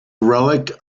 relic